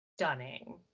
stunning